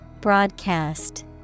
Broadcast